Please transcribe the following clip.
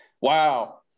wow